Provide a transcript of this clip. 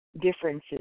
differences